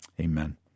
amen